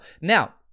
Now